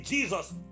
Jesus